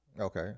Okay